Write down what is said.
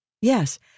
Yes